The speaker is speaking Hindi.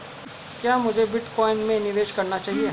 क्या मुझे बिटकॉइन में निवेश करना चाहिए?